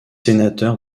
sénateur